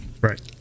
Right